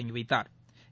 தொடங்கி வைத்தாா்